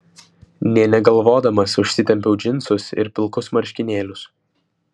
nė negalvodamas užsitempiau džinsus ir pilkus marškinėlius